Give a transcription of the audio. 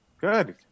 Good